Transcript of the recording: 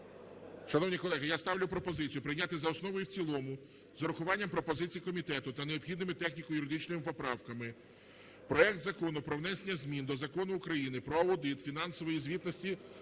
Шановні колеги, я ставлю пропозицію прийняти за основу і в цілому з урахуванням пропозицій комітету та необхідними техніко-юридичними поправками проект Закону про внесення змін до Закону України "Про аудит фінансової звітності